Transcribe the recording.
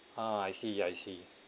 ah I see I see